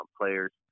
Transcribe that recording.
players